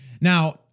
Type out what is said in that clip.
Now